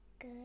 Good